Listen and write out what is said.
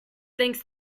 thanks